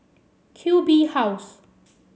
Q B House